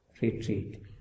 retreat